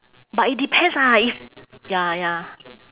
but it depends ah if ya ya